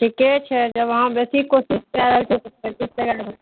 ठिके छै जब अहाँ बेसी कोशिश कै रहल छिए तऽ पचीस टके